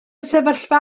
sefyllfa